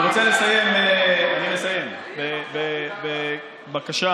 אדוני היושב-ראש,